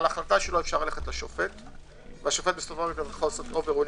על ההחלטה שלו אפשר ללכת לשופט והוא יכול לקבל החלטה אובר-רולינג.